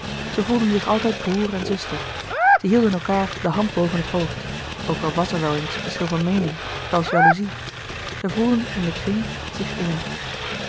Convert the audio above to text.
zij voelden zich altijd broêr en zuster zij hielden elkaâr de hand boven het hoofd ook al was er wel eens verschil van meening zelfs jalouzie zij voelden in den kring zich eén